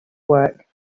work